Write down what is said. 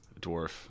Dwarf